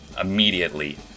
Immediately